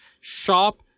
shop